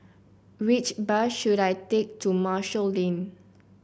which bus should I take to Marshall Lane